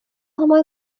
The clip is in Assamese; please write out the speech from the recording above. সময়